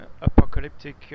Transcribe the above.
apocalyptic